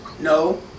No